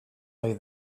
ohi